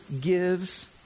gives